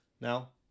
Now